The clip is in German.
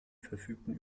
verfügten